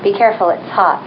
be careful it's hot